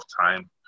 time